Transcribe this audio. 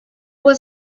was